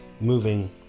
moving